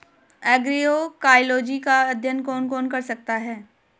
Agroecology का अध्ययन कौन कौन कर सकता है?